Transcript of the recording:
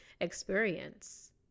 experience